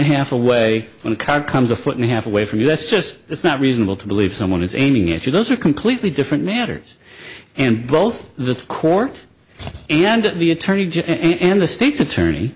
a half away when a car comes a foot and a half away from you let's just it's not reasonable to believe someone is aiming at you those are completely different matters and both the court and the attorney general and the state's attorney